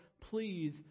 please